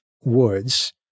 Woods